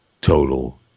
total